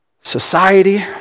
society